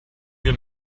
wir